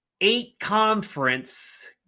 eight-conference